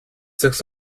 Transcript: six